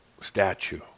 statue